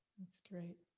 that's great.